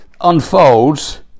unfolds